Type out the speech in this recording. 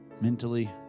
mentally